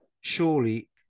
surely